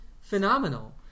phenomenal